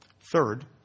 Third